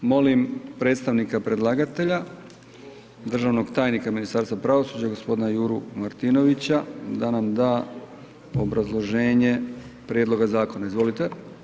Molim predstavnika predlagatelja, državnog tajnika iz Ministarstva pravosuđa, g. Juru Martinovića da nam da obrazloženje prijedloga zakona, izvolite.